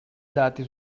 dati